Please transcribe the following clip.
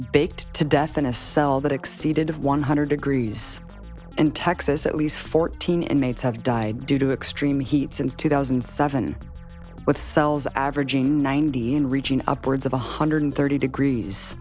baked to death in a cell that exceeded one hundred degrees in texas at least fourteen and mates have died due to extreme heat since two thousand and seven with cells averaging ninety and reaching upwards of one hundred thirty degrees